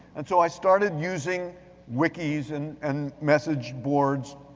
and so i started using wikis and and message boards,